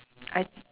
I